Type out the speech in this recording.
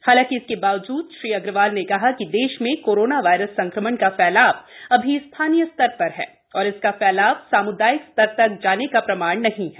हालांकि इसके बावजूद श्री अग्रवाल ने कहा कि देश में कोरोना वायरस संक्रमण का फैलाव अभी स्थानीय स्तर पर है और इसका फैलाव सामूदायिक स्तर तक जाने का प्रमाण नहीं है